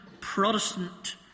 Protestant